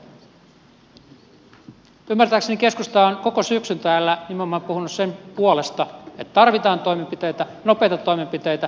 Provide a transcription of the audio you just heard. ymmärtääkseni keskusta on koko syksyn täällä nimenomaan puhunut sen puolesta että tarvitaan toimenpiteitä nopeita toimenpiteitä